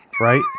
Right